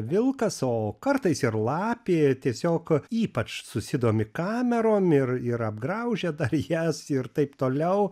vilkas o kartais ir lapė tiesiog ypač susidomi kamerom ir ir apgraužia dar jas ir taip toliau